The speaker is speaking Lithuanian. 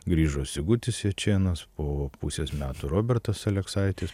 grįžo sigutis jačėnas po pusės metų robertas aleksaitis